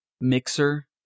mixer